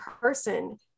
person